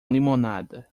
limonada